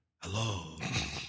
Hello